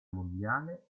mondiale